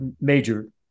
major